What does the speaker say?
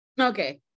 okay